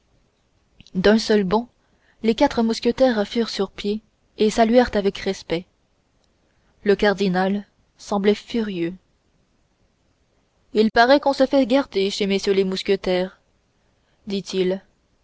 d'un seul bond les quatre mousquetaires furent sur pied et saluèrent avec respect le cardinal semblait furieux il paraît qu'on se fait garder chez messieurs les mousquetaires dit-il